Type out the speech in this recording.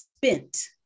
Spent